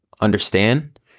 understand